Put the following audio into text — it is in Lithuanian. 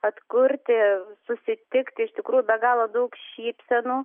atkurti susitikti iš tikrųjų be galo daug šypsenų